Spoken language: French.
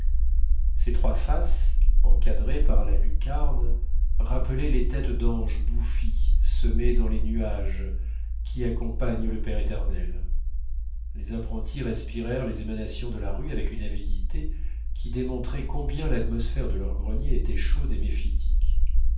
ces trois faces encadrées par la lucarne rappelaient les têtes d'anges bouffis semés dans les nuages qui accompagnent le père éternel les apprentis respirèrent les émanations de la rue avec une avidité qui démontrait combien l'atmosphère de leur grenier était chaude et méphitique